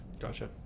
gotcha